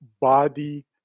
body